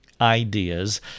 ideas